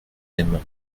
aime